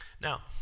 now